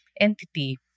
entity